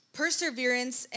perseverance